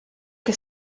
che